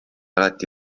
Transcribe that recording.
alati